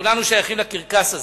כולנו שייכים לקרקס הזה.